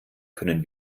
können